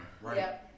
Right